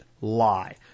lie